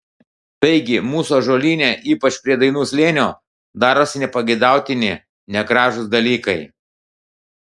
taigi mūsų ąžuolyne ypač prie dainų slėnio darosi nepageidautini negražūs dalykai